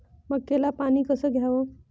मक्याले पानी कस द्याव?